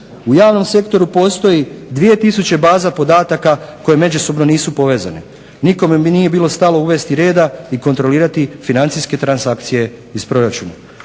U javnom sektoru postoji 2000 baza podataka koje međusobno nisu povezane. Nikome nije bilo stalo uvesti reda i kontrolirati financijske transakcije iz proračuna.